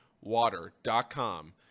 Water.com